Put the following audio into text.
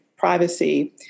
privacy